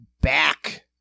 back